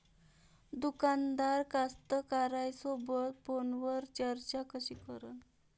दुकानदार कास्तकाराइसोबत फोनवर चर्चा कशी करन?